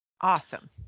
Awesome